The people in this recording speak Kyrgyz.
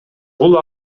бул